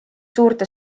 suurte